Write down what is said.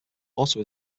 also